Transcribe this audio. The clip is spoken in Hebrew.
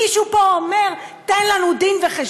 מישהו פה אומר: תן לנו דין-וחשבון,